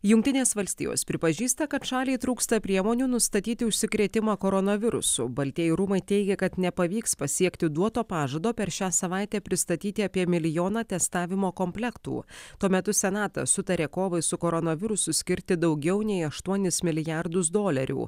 jungtinės valstijos pripažįsta kad šaliai trūksta priemonių nustatyti užsikrėtimą koronavirusu baltieji rūmai teigia kad nepavyks pasiekti duoto pažado per šią savaitę pristatyti apie milijoną testavimo komplektų tuo metu senatas sutarė kovai su koronavirusu skirti daugiau nei aštuonis milijardus dolerių